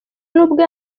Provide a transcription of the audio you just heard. n’ubwo